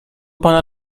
pana